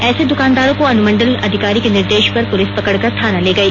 ऐसे दुकानदारों को अनुमंडल अधिकारी के निर्देश पर पुलिस पकड़ कर थाना ले गई